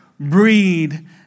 Breed